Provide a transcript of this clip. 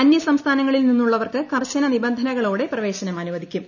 അന്യസംസ്ഥാനങ്ങളിൽ നിന്നുള്ളവർക്ക് കർശന നിബന്ധനകളോടെ പ്രവേശനം അനുവദിക്കും